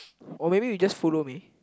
or maybe you just follow me